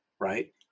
Right